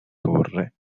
torre